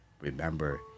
Remember